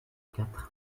quatre